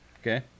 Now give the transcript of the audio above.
Okay